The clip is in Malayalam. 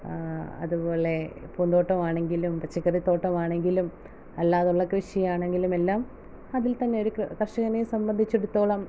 അതുപോലെ പൂന്തോട്ടമാണെങ്കിലും പച്ചക്കറിത്തോട്ടമാണെങ്കിലും അല്ലാതുള്ള കൃഷിയാണെങ്കിലും എല്ലാം അതിൽത്തന്നെ ഒരു കർഷകനെ സംബന്ധിച്ചിടത്തോളം